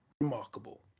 remarkable